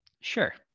Sure